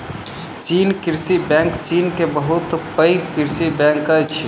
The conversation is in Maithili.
चीन कृषि बैंक चीन के बहुत पैघ कृषि बैंक अछि